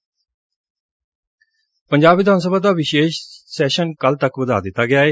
ਅੱਜ ਵਿਧਾਨ ਸਭਾ ਦਾ ਵਿਸ਼ੇਸ਼ ਸੈਸ਼ਨ ਕੱਲੁ ਤੱਕ ਵਧਾ ਦਿੱਤਾ ਗਿਆ ਏ